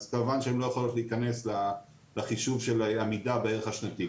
אז כמובן שהן לא יכולות להיכנס לחישוב של עמידה בערך השנתי.